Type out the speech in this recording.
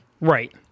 Right